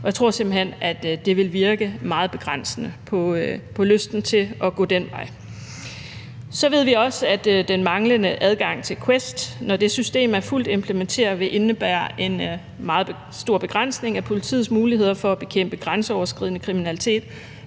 jeg tror simpelt hen, at det vil virke meget begrænsende på lysten til at gå den vej. Vi ved også, at den manglende adgang til QUEST, når det system er fuldt implementeret, vil indebære en meget stor begrænsning af politiets muligheder for at bekæmpe grænseoverskridende kriminalitet,